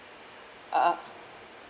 uh uh